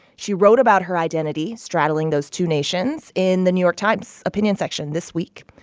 she wrote about her identity straddling those two nations in the new york times opinion section this week.